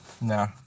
no